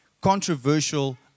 controversial